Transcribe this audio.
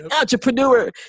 entrepreneur